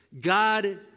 God